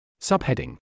Subheading